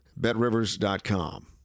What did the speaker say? BetRivers.com